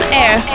air